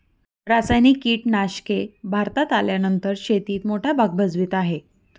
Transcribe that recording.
रासायनिक कीटनाशके भारतात आल्यानंतर शेतीत मोठा भाग भजवीत आहे